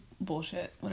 Bullshit